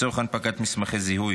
לצורך הנפקת מסמכי זיהוי